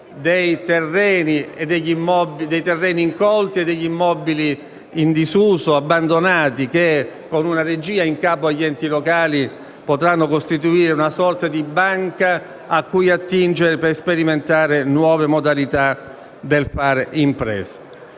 dei terreni incolti e degli immobili in disuso e abbandonati che, con una regia in capo agli enti locali, potranno costituire una sorta di banca cui attingere per sperimentare nuove modalità di fare impresa.